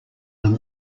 them